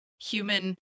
human